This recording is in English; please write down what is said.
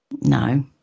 No